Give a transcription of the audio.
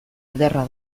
ederra